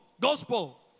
Gospel